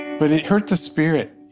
but it hurt the spirit, you